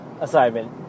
assignment